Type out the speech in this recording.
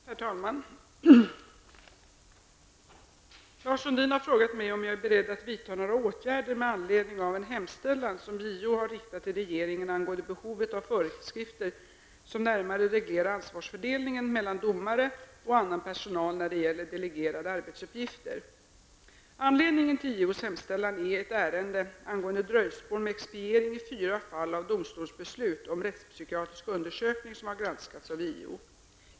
Herr talman! Lars Sundin har frågat mig om jag är beredd att vidta några åtgärder med anledning av en hemställan som JO har riktat till regeringen angående behovet av föreskrifter som närmare reglerar ansvarsfördelningen mellan domare och annan personal när det gäller delegerade arbetsuppgifter. Anledningen till JOs hemställan är ett ärende angående dröjsmål med expediering i fyra fall av domstolsbeslut om rättspsykiatrisk undersökning som har granskats av JO.